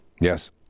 Yes